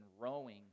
rowing